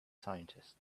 scientist